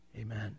Amen